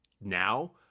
now